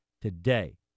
today